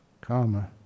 Karma